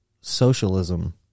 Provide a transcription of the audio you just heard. socialism